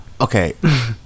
Okay